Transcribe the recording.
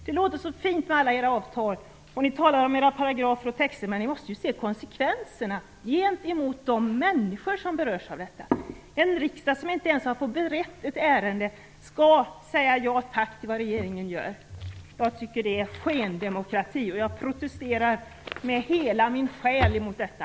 Det låter så fint med alla avtal, och ni talar om alla möjliga paragrafer och texter. Men ni måste ju se konsekvenserna gentemot de människor som berörs av detta. Att en riksdag som inte ens har fått bereda ärendet skall säga ja tack till vad regeringen gör, tycker jag är skendemokrati. Jag protesterar med hela min själ emot detta.